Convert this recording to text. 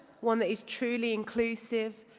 one that is truly inclusive,